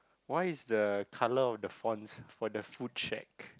why is the colour of the fonts for the food shack